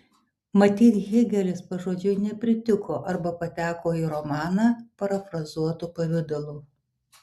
matyt hėgelis pažodžiui nepritiko arba pateko į romaną parafrazuotu pavidalu